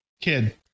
kid